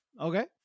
Okay